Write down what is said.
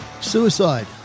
Suicide